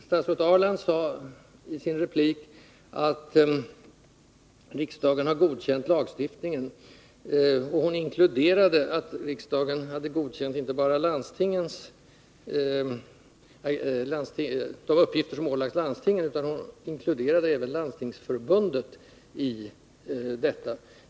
Statsrådet Ahrland sade i sin replik att riksdagen har godkänt lagstiftningen, och i det hon sade inkluderade hon inte bara landstingen, utan även Landstingsförbundet.